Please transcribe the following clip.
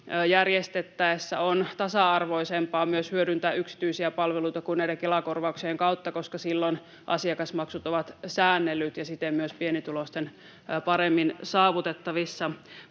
järjestettäessä on myös tasa-arvoisempaa hyödyntää yksityisiä palveluita kuin näiden Kela-korvauksien kautta, koska silloin asiakasmaksut ovat säännellyt ja siten myös pienituloisten paremmin saavutettavissa.